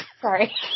Sorry